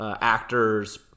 Actors